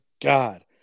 God